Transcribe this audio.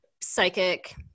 psychic